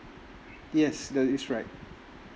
yes that is right